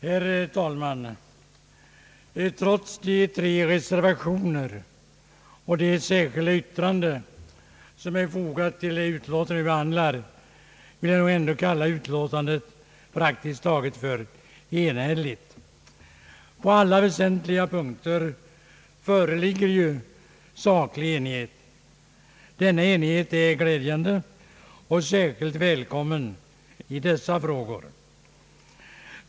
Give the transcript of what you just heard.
Herr talman! Trots de tre reservationer och det särskilda yttrande som är fogade till det utlåtande vi nu behandlar skulle jag vilja kalla utlåtandet praktiskt taget enhälligt. På alla väsentliga punkter föreligger saklig enighet. Denna enighet är glädjande och särskilt välkommen i dessa frågor.